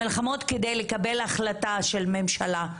המלחמות כדי לקבל החלטה של ממשלה.